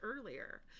earlier